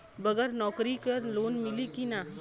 बगर नौकरी क लोन मिली कि ना?